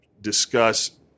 discuss